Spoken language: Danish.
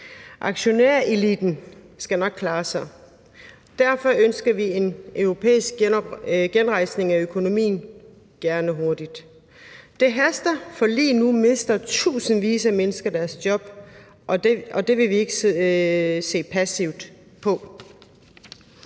Aktionæreliten skal nok klare sig. Derfor ønsker vi en europæisk genrejsning af økonomien – gerne hurtigt. Det haster, for lige nu mister tusindvis af mennesker deres job, og det vil vi ikke sidde